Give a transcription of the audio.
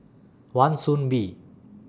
Wan Soon Bee